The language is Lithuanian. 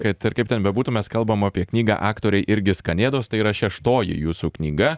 kad ir kaip ten bebūtų mes kalbam apie knygą aktoriai irgi skanėstas tai yra šeštoji jūsų knyga